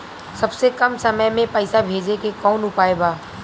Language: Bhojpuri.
सबसे कम समय मे पैसा भेजे के कौन उपाय बा?